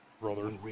Brother